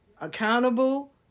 accountable